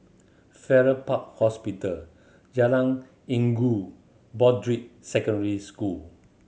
Farrer Park Hospital Jalan Inggu Broadrick Secondary School